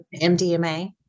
MDMA